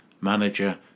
manager